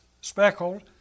speckled